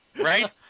Right